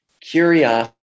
curiosity